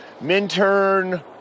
Minturn